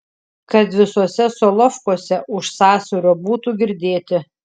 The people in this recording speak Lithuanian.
kad visuose solovkuose už sąsiaurio būtų girdėti